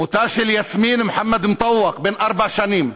מותה של יאסמין מוחמד מטווק, בת ארבע שנים,